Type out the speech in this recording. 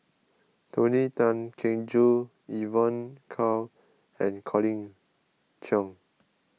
Tony Tan Keng Joo Evon Kow and Colin Cheong